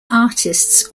artists